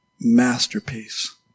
masterpiece